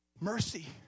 Mercy